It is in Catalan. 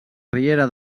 riera